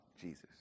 Jesus